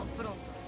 pronto